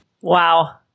Wow